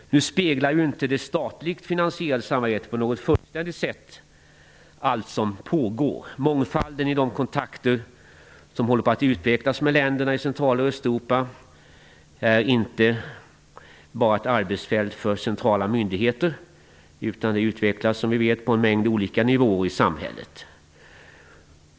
Det statligt finansierade samarbetet speglar ju inte på något fullständigt sätt allt som pågår. Mångfalden i de kontakter som håller på att utvecklas med länderna i Central och Östeuropa är inte bara ett arbetsfält för centrala myndigheter, utan det utvecklas ju på en mängd olika nivåer i samhället.